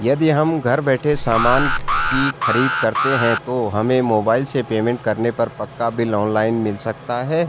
यदि हम घर बैठे सामान की खरीद करते हैं तो हमें मोबाइल से पेमेंट करने पर पक्का बिल ऑनलाइन मिल सकता है